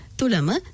Tulama